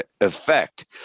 effect